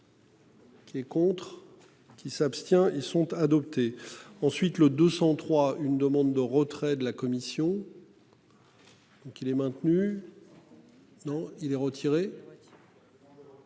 Les contre. Qui s'abstient. Ils sont adoptés, ensuite le 203, une demande de retrait de la commission. Donc qu'il est maintenu. Non il est retiré.